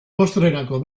postrerako